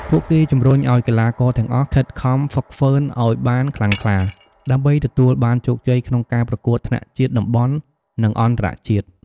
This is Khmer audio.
ពួកគេជំរុញឱ្យកីឡាករទាំងអស់ខិតខំហ្វឹកហ្វឺនឱ្យបានខ្លាំងក្លា ដើម្បីទទួលបានជោគជ័យក្នុងការប្រកួតថ្នាក់ជាតិ តំបន់ និងអន្តរជាតិ។